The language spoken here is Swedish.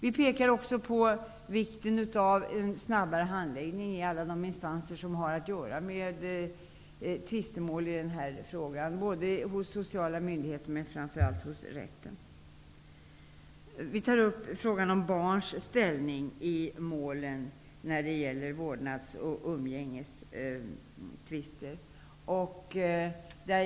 Vi betonar också vikten av snabbare handläggning i alla de instanser som har att göra med tvistemål av den här typen, såväl hos de social myndigheterna som hos framför allt rätten. Vi tar upp frågan om barns ställning i mål om vårdnads och umgängesrätt.